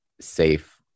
safe